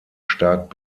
stark